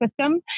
system